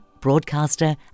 broadcaster